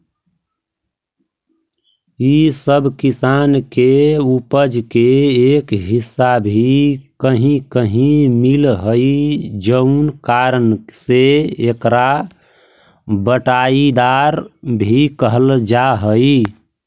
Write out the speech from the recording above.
इ सब किसान के उपज के एक हिस्सा भी कहीं कहीं मिलऽ हइ जउन कारण से एकरा बँटाईदार भी कहल जा हइ